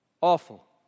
Awful